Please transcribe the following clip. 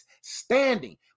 standing